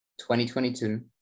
2022